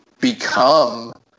become